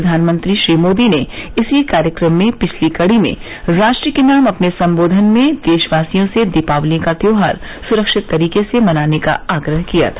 प्रधानमंत्री मोदी ने इसी कार्यक्रम की पिछली कड़ी में राष्ट्र के नाम अपने सम्बोधन में देशवासियों से दीपावली का त्योहार सुरक्षित तरीके से मनाने का आग्रह किया था